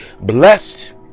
blessed